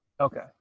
Okay